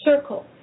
circle